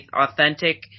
authentic